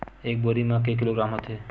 एक बोरी म के किलोग्राम होथे?